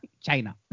China